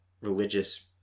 religious